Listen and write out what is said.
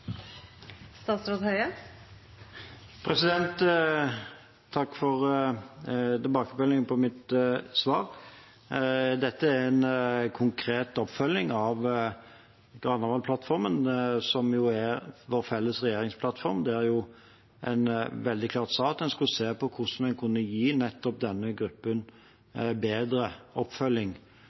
en konkret oppfølging av Granavolden-plattformen, som er vår felles regjeringsplattform, der en veldig klart sa at en skulle se på hvordan en kunne gi nettopp denne gruppen bedre oppfølging